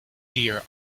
deer